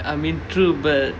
I mean true but